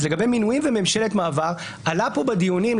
אז לגבי מינויים בממשלת מעבר עלה פה בדיונים,